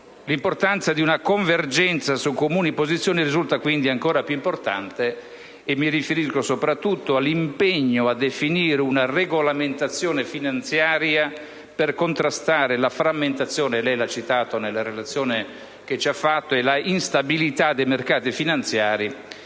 L'importanza di una convergenza su comuni posizioni risulta quindi ancora maggiore. Mi riferisco soprattutto all'impegno a definire una regolamentazione finanziaria per contrastare la frammentazione - lei l'ha citata nella relazione